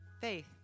faith